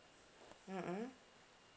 mm mm